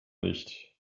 nicht